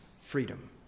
freedom